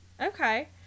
Okay